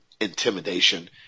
intimidation